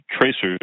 tracers